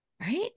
Right